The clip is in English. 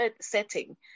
setting